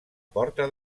porta